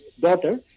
daughter